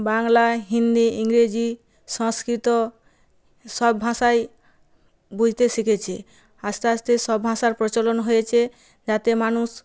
বাংলা হিন্দি ইংরেজি সংস্কৃত সব ভাষাই বুঝতে শিখেছে আস্তে আস্তে সব ভাষার প্রচলন হয়েছে যাতে মানুষ